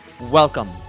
Welcome